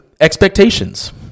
expectations